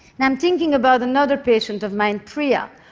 i'm thinking about another patient of mine, priya,